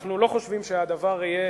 ואנחנו לא חושבים שהדבר יהיה